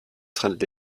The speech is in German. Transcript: trennt